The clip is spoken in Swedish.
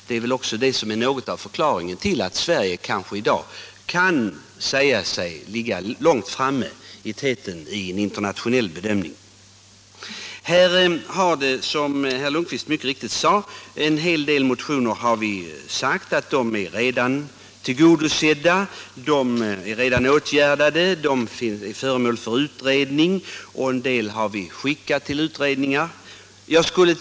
Den är kanske något av förklaringen till att Sverige i dag kan sägas ligga långt framme vid en internationell jämförelse. En hel del motioner är redan tillgodosedda på så sätt att de är föremål för utredning, och andra motioner har skickats till utredningar.